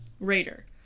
Raider